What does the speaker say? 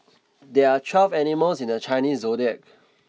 there are twelve animals in the Chinese zodiac